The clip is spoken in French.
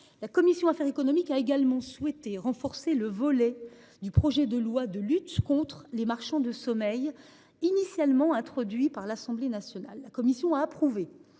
la commission des affaires économiques a également souhaité renforcer le volet portant sur la lutte contre les marchands de sommeil, initialement introduit par l’Assemblée nationale. Nous avons ainsi approuvé